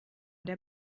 der